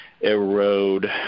erode